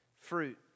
fruit